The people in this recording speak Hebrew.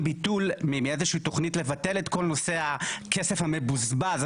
בא מאיזשהי תוכנית לבטל את כל נושא הכסף המבוזבז של